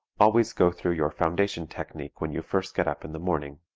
always go through your foundation technique when you first get up in the morning.